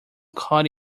caught